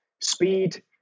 speed